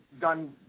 done